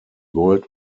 world